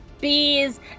bees